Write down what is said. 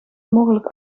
mogelijk